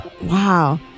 Wow